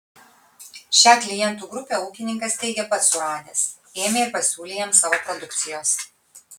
šią klientų grupę ūkininkas teigia pats suradęs ėmė ir pasiūlė jiems savo produkcijos